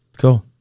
Cool